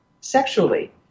sexually